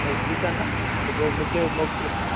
त ठीकु आहे न त पोइ मूंखे मोकिलियो